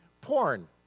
Porn